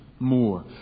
More